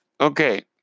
Okay